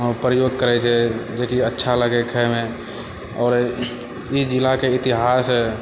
प्रयोग करै छै जेकि अच्छा लागै खाइमे आओर ई जिलाके इतिहास